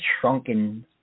shrunken